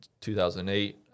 2008